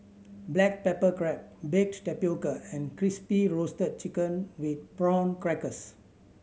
black pepper crab baked tapioca and Crispy Roasted Chicken with Prawn Crackers